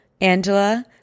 Angela